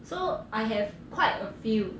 so I have quite a few